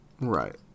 Right